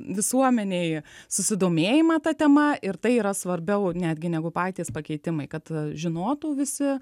visuomenėj susidomėjimą ta tema ir tai yra svarbiau netgi negu patys pakeitimai kad žinotų visi